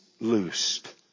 loosed